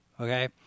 Okay